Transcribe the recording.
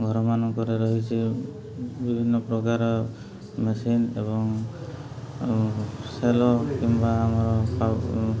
ଘରମାନଙ୍କରେ ରହିଛି ବିଭିନ୍ନ ପ୍ରକାର ମେସିନ୍ ଏବଂ ସେଲ କିମ୍ବା ଆମର